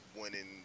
winning